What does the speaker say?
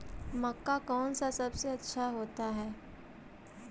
मक्का कौन सा सबसे अच्छा होता है?